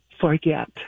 forget